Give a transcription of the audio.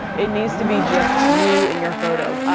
it needs to be just you and your photo.